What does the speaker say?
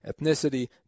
ethnicity